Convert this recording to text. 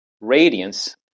radiance